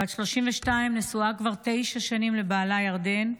בת 32, נשואה כבר תשע שנים לבעלה ירדן,